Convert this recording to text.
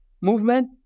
movement